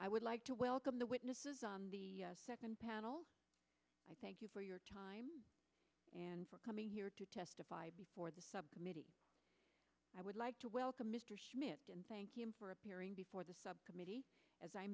i would like to welcome the witnesses on the second panel i thank you for your time and for coming here to testify before the subcommittee i would like to welcome mr schmidt thank you for appearing before the subcommittee as i